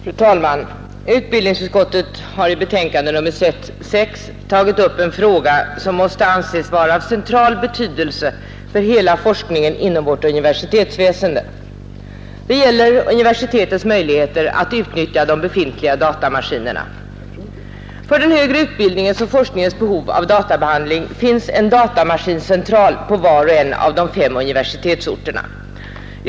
Fru talman! Utbildningsutskottet har i sitt betänkande nr 6 tagit upp en fråga som måste anses vara av central betydelse för hela forskningen inom vårt universitetsväsende. Det gäller här universitetens möjligheter att utnyttja de befintliga datamaskinerna. För den högre utbildningens och forskningens behov av databehandling finns en datamaskincentral på var och en av de fem universitetsorterna.